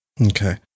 Okay